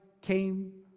came